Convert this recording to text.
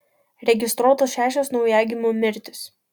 registruotos šešios naujagimių mirtys